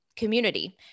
community